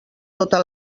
tota